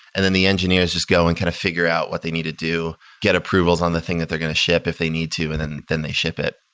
and then the engineers just go and kind of figure out what they need to do, get approvals on the thing that they're going to ship if they need to and then then they ship it.